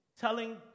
Telling